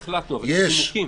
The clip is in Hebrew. בסוף החלטנו, אבל יש נימוקים.